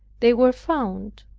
they were found.